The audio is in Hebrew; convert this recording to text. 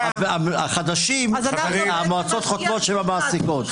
החדשים המועצות חושבות שהן המעסיקות.